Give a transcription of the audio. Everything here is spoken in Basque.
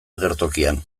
agertokian